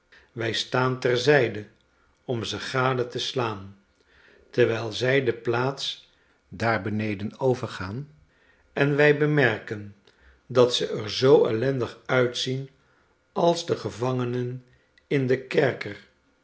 wy staan ter zijde om ze gade te slaan terwijl zij de plaats daar beneden overgaan en wij bemerken dat ze er zoo ellendiguitzienalsdegevangenen in den kerker